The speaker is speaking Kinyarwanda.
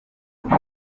uteza